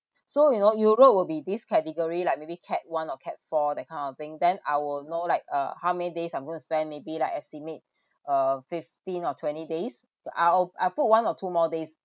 so you know europe will be this category like maybe cat one or cat four that kind of thing then I will know like uh how many days I'm going to spend maybe like estimate uh fifteen or twenty days the I'll I put one or two more days